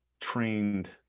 trained